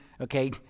okay